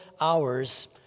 hours